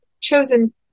chosen